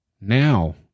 now